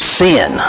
sin